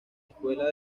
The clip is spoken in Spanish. escuela